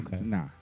nah